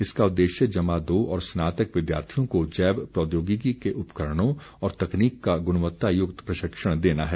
इसका उद्देश्य जमा दो और स्नातक विद्यार्थियों को जैव प्रौद्योगिकी के उपकरणों और तकनीक का गुणवत्तायुक्त प्रशिक्षण देना है